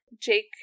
Jake